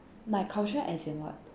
like culture as in what